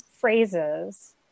phrases